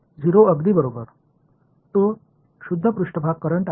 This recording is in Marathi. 0 अगदी बरोबर तो शुद्ध पृष्ठभाग करंट आहे